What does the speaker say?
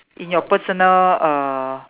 in your personal err